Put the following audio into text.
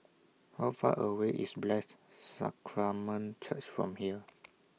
How Far away IS Blessed Sacrament Church from here